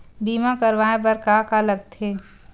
बीमा करवाय बर का का लगथे?